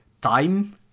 time